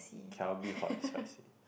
tell me hot and spicy